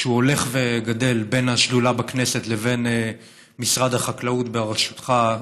שהולך וגדל בין השדולה בכנסת לבין משרד החקלאות בראשותך,